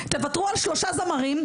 תוותרו על שלושה זמרים,